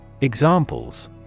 Examples